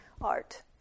art